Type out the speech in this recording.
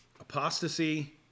apostasy